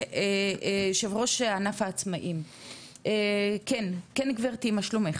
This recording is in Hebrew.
יושב ראש ענף העצמאים, כן, גברתי, מה שלומך?